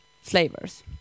flavors